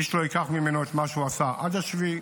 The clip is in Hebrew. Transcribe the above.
איש לא ייקח ממנו את מה שהוא עשה עד 7 באוקטובר,